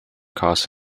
costs